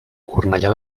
cornellà